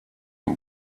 and